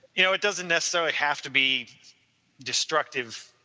you know it doesn't necessarily have to be destructive,